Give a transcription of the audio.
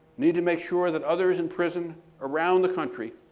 need to make sure that others in prison around the country